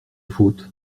faute